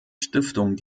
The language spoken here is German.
stiftung